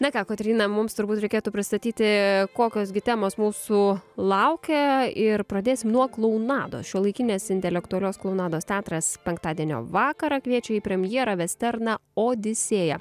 na ką kotryna mums turbūt reikėtų pristatyti kokios gi temos mūsų laukia ir pradėsim nuo klounados šiuolaikinės intelektualios klounados teatras penktadienio vakarą kviečia į premjerą vesterną odisėją